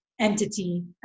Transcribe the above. entity